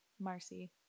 Marcy